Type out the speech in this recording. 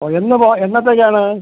ഓ എന്ന് പോ എന്നത്തേക്കാണ്